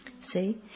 See